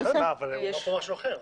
אבל נאמר פה משהו אחר.